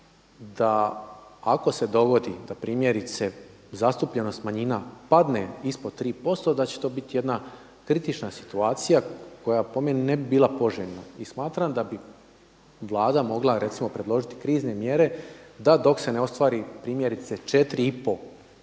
da ako se dogodi da primjerice zastupljenost manjina padne ispod 3% da će to biti jedna kritična situacija koja po meni ne bi bila poželjna. I smatram da bi Vlada mogla recimo predložiti krizne mjere da dok se ne ostvari primjerice 4,5%